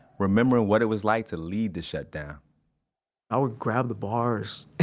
remembering what it was like to lead the shutdown i would grab the bars